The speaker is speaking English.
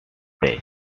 pay